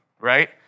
right